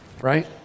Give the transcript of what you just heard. right